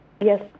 yes